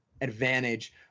advantage